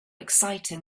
exciting